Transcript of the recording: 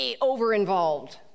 over-involved